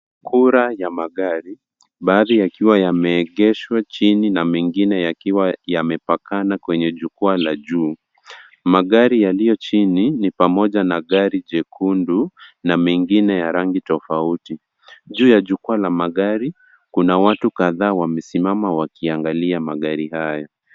Kura ya magari, baadhi yakiwa yameegeshwa chini, na mengine yakiwa yamepakana kwenye jukwa la juu. Magari yaliyo chini, ni pamoja na gari jekundu, na mengine ya rangi tofauti. Juu ya jukwa la magari, kuna watu kadhaa ambao wamesimama, wakiangalia magari hayo.